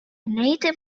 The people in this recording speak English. native